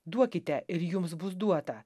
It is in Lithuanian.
duokite ir jums bus duota